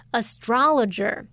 astrologer